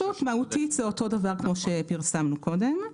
מהותית זה אותו דבר כמו שפרסמנו קודם.